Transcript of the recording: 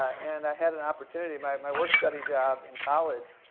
and i had an opportunity, my my work-study job in college,